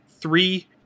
three